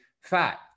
fat